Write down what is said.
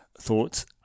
thoughts